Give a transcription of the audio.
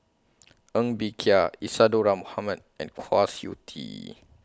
Ng Bee Kia Isadhora Mohamed and Kwa Siew Tee